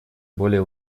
более